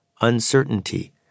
uncertainty